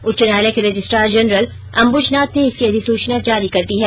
उच्च न्यायालय के रजिस्ट्रार जनरल अंब्ज नाथ ने इसकी अधिसूचना जारी कर दी है